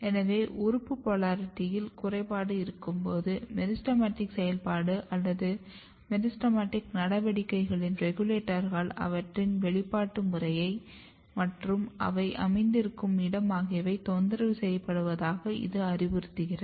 எனவே உறுப்பு போலாரிட்டியில் குறைபாடு இருக்கும்போது மெரிஸ்டெமடிக் செயல்பாடு அல்லது மெரிஸ்டெமடிக் நடவடிக்கைகளின் ரெகுலேட்டர்கள் அவற்றின் வெளிப்பாடு முறை மற்றும் அவை அமைந்திருக்கும் இடம் ஆகியவை தொந்தரவு செய்யப்படுவதாக இது அறிவுறுத்துகிறது